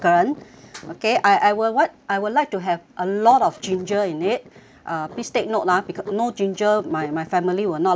okay I I would like I would like to have a lot of ginger in it uh please take note ah because no ginger my my family will not like it